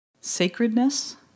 sacredness